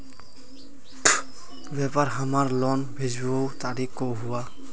व्यापार हमार लोन भेजुआ तारीख को हुआ?